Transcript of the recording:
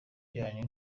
cyanyu